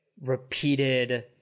repeated